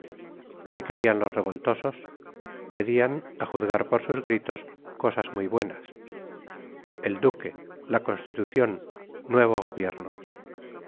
qué querían los revoltosos pedían a juzgar por sus gritos cosas muy buenas el duque la constitución nuevo gobierno